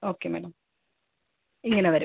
okay madam ഇങ്ങനെ വരും